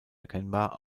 erkennbar